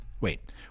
Wait